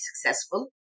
successful